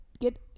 get